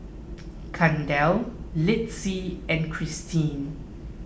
Kendal Litzy and Kristyn